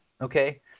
okay